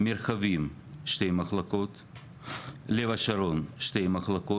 מרחבים שתי מחלקות, לב השרון - שתי מחלקות,